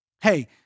hey